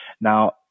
Now